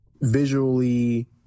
visually